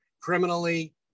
criminally